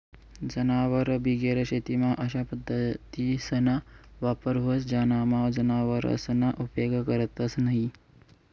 जनावरबिगेर शेतीमा अशा पद्धतीसना वापर व्हस ज्यानामा जनावरसना उपेग करतंस न्हयी